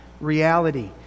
reality